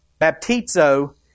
baptizo